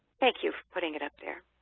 thank you for putting it up there.